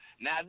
Now